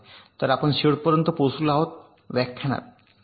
तर आपण या शेवटपर्यंत पोचलो आहोत व्याख्यान